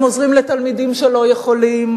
הם עוזרים לתלמידים שלא יכולים,